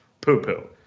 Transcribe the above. poo-poo